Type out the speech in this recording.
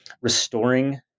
restoring